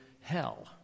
hell